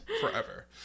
forever